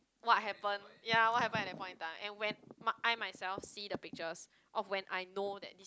what happen ya what happen at that point of time and when my I myself see the pictures or when I know that